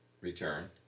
return